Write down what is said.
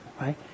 right